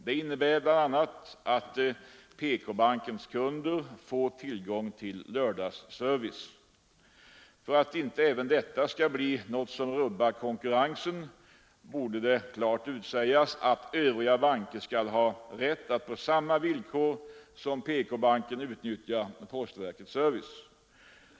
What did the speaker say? Det innebär bl.a. att PK-bankens kunder får tillgång till lördagsservice. För att inte även detta skall bli något som rubbar konkurrensen borde det klart utsägas att övriga banker skall ha rätt att på samma villkor som PK-banken utnyttja postbankens service.